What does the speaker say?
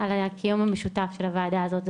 על הקיום המשותף של הוועדה הזאת.